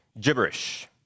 gibberish